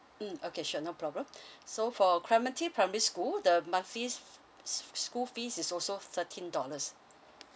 mmhmm okay sure no problem so for clementi primary school the monthly s~ school fees is also thirteen dollars